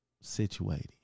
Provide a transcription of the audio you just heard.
situated